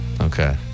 Okay